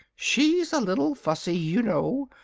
she's a little fussy, you know,